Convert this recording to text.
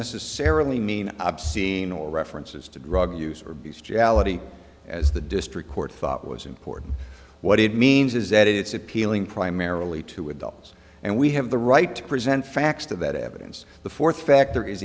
necessarily mean obscene or references to drug use or abuse jalebi as the district court thought was important what it means is that it's appealing primarily to adults and we have the right to present facts to that evidence the fourth fact